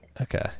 Okay